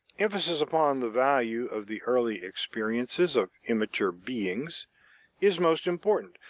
emphasis upon the value of the early experiences of immature beings is most important,